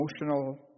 emotional